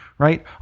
right